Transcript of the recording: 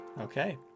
Okay